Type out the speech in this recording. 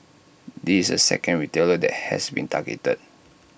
this is the second retailer has been targeted